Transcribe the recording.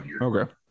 Okay